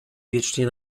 wiecznie